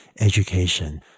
education